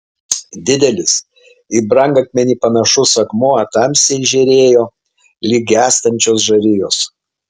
didelis į brangakmenį panašus akmuo tamsiai žėrėjo lyg gęstančios žarijos